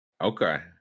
Okay